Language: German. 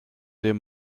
dem